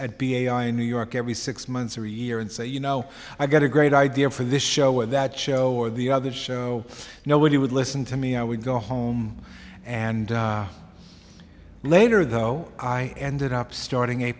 a i in new york every six months or a year and say you know i've got a great idea for this show or that show or the other show nobody would listen to me i would go home and later though i ended up starting a